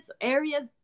areas